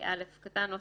איך שלא יהיה,